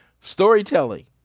Storytelling